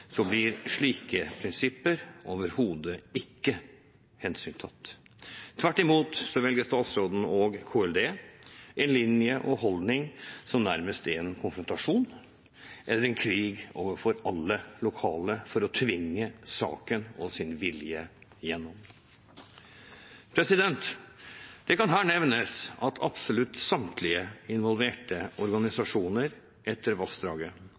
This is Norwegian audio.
blir slike prinsipper overhodet ikke hensyntatt. Tvert imot velger statsråden og Klima- og miljødepartementet en linje og en holdning som nærmest er en konfrontasjon eller en krig overfor alle lokale for å tvinge saken og sin vilje gjennom. Det kan her nevnes at absolutt samtlige involverte organisasjoner etter vassdraget,